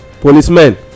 policemen